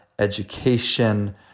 education